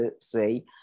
say